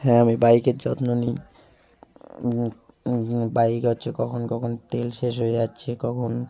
হ্যাঁ আমি বাইকের যত্ন নিই বাইক হচ্ছে কখন কখন তেল শেষ হয়ে যাচ্ছে কখন